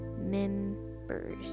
members